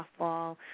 softball